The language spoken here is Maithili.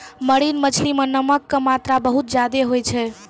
मरीन मछली मॅ नमक के मात्रा बहुत ज्यादे होय छै